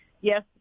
yes